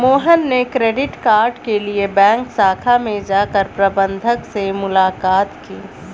मोहन ने credit card के लिए बैंक शाखा में जाकर प्रबंधक से मुलाक़ात की